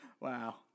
Wow